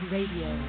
Radio